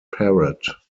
parrot